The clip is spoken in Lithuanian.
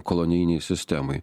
kolonijinėj sistemoj